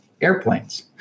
airplanes